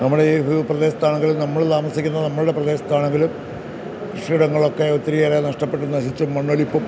നമ്മുടെ ഈ ഭൂപ്രദേശത്താണെങ്കിലും നമ്മൾ താമസിക്കുന്ന നമ്മളുടെ പ്രദേശത്താണെങ്കിലും കൃഷിയിടങ്ങളൊക്കെ ഒത്തിരിയേറെ നഷ്ടപ്പെടുന്ന ചുറ്റും മണ്ണൊലിപ്പും